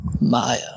Maya